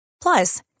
Plus